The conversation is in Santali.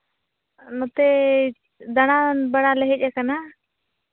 ᱱᱚᱛᱮ ᱫᱟᱬᱟᱱ ᱵᱟᱲᱟ ᱞᱮ ᱦᱮᱡ ᱠᱟᱱᱟ